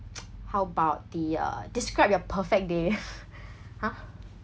how about the uh describe your perfect day !huh!